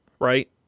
right